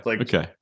okay